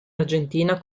argentina